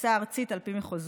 בפריסה ארצית על פי מחוזות.